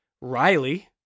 Riley